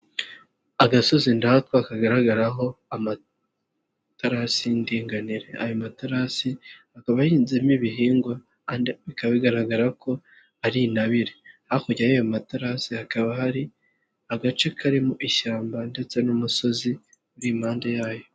Agasozi ndatwa kagaragaraho amatarasi y'indiganire. Ayo matarasi akaba ahinzemo ibihingwa andi bikaba bigaragara ko ari intabire. Hakurya y'ayo matarasi hakaba hari agace karimo ishyamba ndetse n'umusozi uri impande yayo.